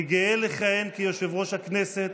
אני גאה לכהן כיושב-ראש הכנסת,